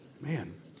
Man